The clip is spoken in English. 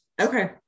Okay